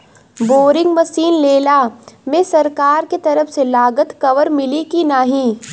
Boring machine लेला मे सरकार के तरफ से लागत कवर मिली की नाही?